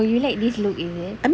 oh you like this look is it